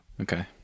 Okay